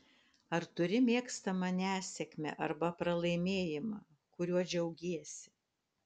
ar turi mėgstamą nesėkmę arba pralaimėjimą kuriuo džiaugiesi